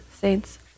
saints